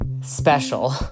special